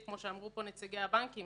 כמו שאמרו פה נציגי הבנקים,